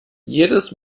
jedes